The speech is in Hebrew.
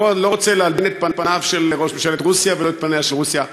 אני לא רוצה להלבין את פניו של ראש ממשלת רוסיה ולא את פניה של רוסיה,